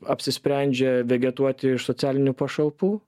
apsisprendžia vegetuoti iš socialinių pašalpų